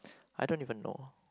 I don't even know